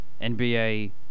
NBA